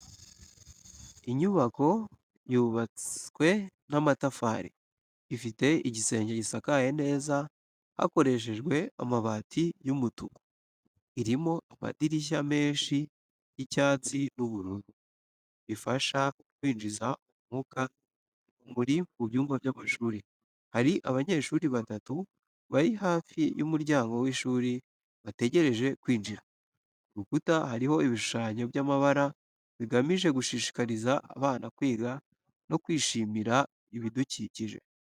Inyubako yubatswe n’amatafari, ifite igisenge gisakaye neza hakoreshejwe amabati y'umutuku. Irimo amadirishya menshi y’icyatsi n’ubururu, bifasha mu kwinjiza umwuka n’urumuri mu byumba by’amashuri. Hari abanyeshuri batatu bari hafi y’umuryango w’ishuri bategereje kwinjira, ku rukuta hariho ibishushanyo by’amabara, bigamije gushishikariza abana kwiga no kwishimira ibidukikije.